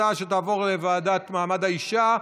ההצעה תעבור לוועדת, הוועדה למעמד האישה.